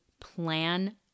plan